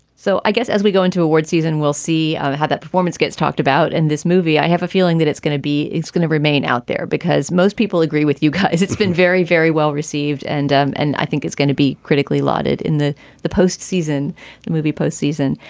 so i guess as we go into awards season, we'll see ah how that performance gets talked about in this movie. i have a feeling that it's gonna be it's going to remain out there because most people agree with you guys. it's been very, very well-received. and um and i think it's going to be critically lauded in the the post-season movie postseason.